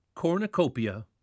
Cornucopia